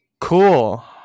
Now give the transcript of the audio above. cool